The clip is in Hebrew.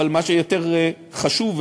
אבל מה שיותר חשוב,